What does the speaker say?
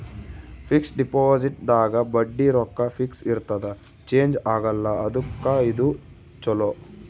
fix deposit ದಾಗ ಬಡ್ಡಿ ರೊಕ್ಕ ಫಿಕ್ಸ್ ಇರ್ತದ ಚೇಂಜ್ ಆಗಲ್ಲ ಅದುಕ್ಕ ಇದು ಚೊಲೊ